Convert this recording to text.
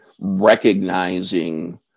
recognizing